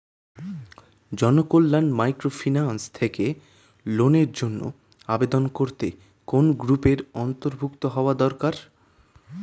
Janakalyan microfinance থেকে লোনের জন্য আবেদন করতে কোন গ্রুপের অন্তর্ভুক্ত হওয়া দরকার?